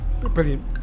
Brilliant